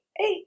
eight